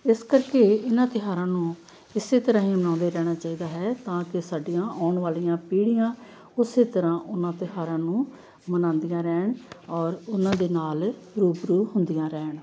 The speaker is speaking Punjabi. ਇਸ ਕਰਕੇ ਇਹਨਾਂ ਤਿਉਹਾਰਾਂ ਨੂੰ ਇਸੇ ਤਰ੍ਹਾਂ ਹੀ ਮਨਾਉਂਦੇ ਰਹਿਣਾ ਚਾਹੀਦਾ ਹੈ ਤਾਂ ਕਿ ਸਾਡੀਆਂ ਆਉਣ ਵਾਲੀਆਂ ਪੀੜ੍ਹੀਆਂ ਉਸੇ ਤਰ੍ਹਾਂ ਉਹਨਾਂ ਤਿਉਹਾਰਾਂ ਨੂੰ ਮਨਾਉਂਦੀਆਂ ਰਹਿਣ ਔਰ ਉਹਨਾਂ ਦੇ ਨਾਲ ਰੂਬਰੂ ਹੁੰਦੀਆਂ ਰਹਿਣ